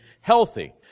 healthy